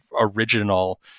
original